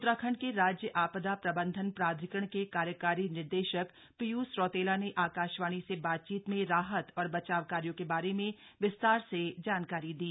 उत्तराखंड के राज्य आपदा प्रबंधन प्राधिकरण के कार्यकारी निदेशक पीयूष रौतेला ने आकाशवाणी से बातचीत में राहत और बचाव कार्यों के बारे में विस्तार से जानकारी दी